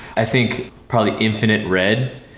i think probably infinite red,